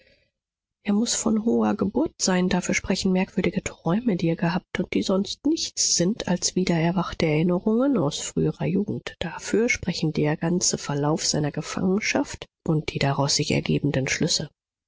er muß von hoher geburt sein dafür sprechen merkwürdige träume die er gehabt und die sonst nichts sind als wiedererwachte erinnerungen aus früher jugend dafür sprechen der ganze verlauf seiner gefangenschaft und die daraus sich ergebenden schlüsse